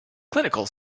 clinical